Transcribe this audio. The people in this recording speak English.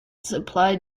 supply